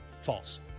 false